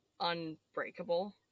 unbreakable